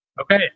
Okay